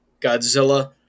Godzilla